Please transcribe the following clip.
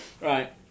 Right